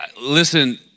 listen